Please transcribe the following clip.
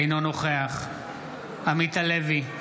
אינו נוכח עמית הלוי,